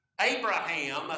Abraham